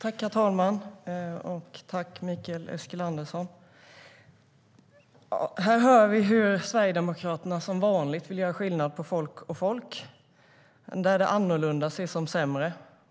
Herr talman! Sverigedemokraterna vill som vanligt göra skillnad på folk och folk, och det annorlunda ses som sämre.